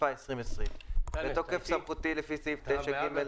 התשפ"א-2020 בתוקף סמכותי לפי סעיף 9(ג)